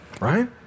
right